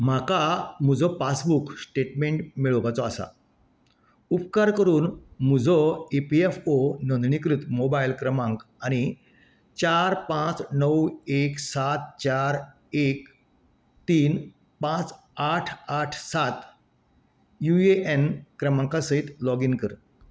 म्हाका म्हजो passbook statement मेळोवपाचो आसा उपकार करून म्हजो ई पी एफ ओ नोंदणीकृत मोबायल क्रमांक आनी चार पांच णव एक सात चार एक तीन पांच आठ आठ सात यु ए एन क्रमांका सयत लॉगीन कर